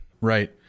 right